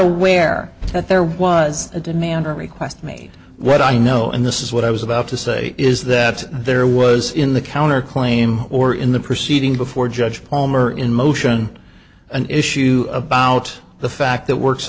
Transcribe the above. aware that there was a demand or a request made what i know and this is what i was about to say is that there was in the counterclaim or in the proceeding before judge palmer in motion an issue about the fact that work